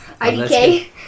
IDK